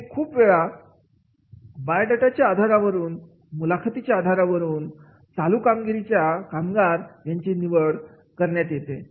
हे खूप वेळा बायोडाटा चे आधारावरून मुलाखतीची आधारावरून चालू कामगिरीसाठी कामगार यांची निवड करण्यात येते